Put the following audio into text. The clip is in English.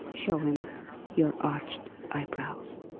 but show him your arched eyebrows,